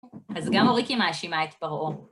אז גם אוריקי מאשימה את פרעה.